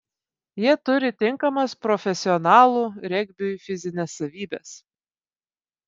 jie turi tinkamas profesionalų regbiui fizines savybes